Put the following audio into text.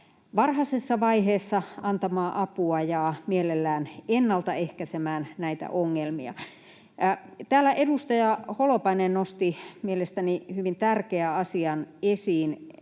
varhaisessa vaiheessa antamaan apua ja mielellään ennaltaehkäisemään näitä ongelmia. Täällä edustaja Holopainen nosti esiin mielestäni hyvin tärkeän asian,